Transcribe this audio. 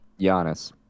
Giannis